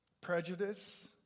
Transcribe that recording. prejudice